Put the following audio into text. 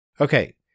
Okay